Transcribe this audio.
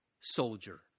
soldier